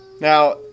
Now